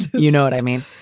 you know what i mean?